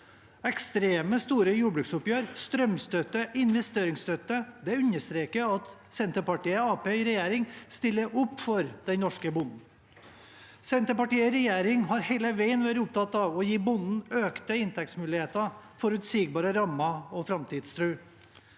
Ekstremt store jordbruksoppgjør, strømstøtte og investeringsstøtte understreker at Senterpartiet og Arbeiderpartiet i regjering stiller opp for den norske bonden. Senterpartiet i regjering har hele veien vært opptatt av å gi bonden økte inntektsmuligheter, forutsigbare rammer og framtidstro.